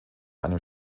einem